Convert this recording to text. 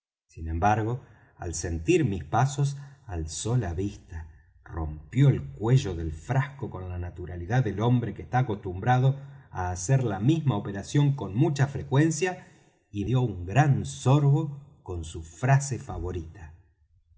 sin embargo al sentir mis pasos alzó la vista rompió el cuello del frasco con la naturalidad del hombre que está acostumbrado á hacer la misma operación con mucha frecuencia y dió un gran sorbo con su frase favorita